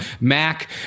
Mac